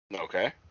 Okay